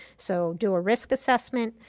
so do a risk assessment,